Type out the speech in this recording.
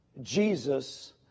Jesus